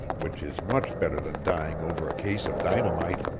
which is much better than dying over a case of dynamite.